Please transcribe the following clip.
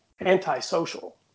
antisocial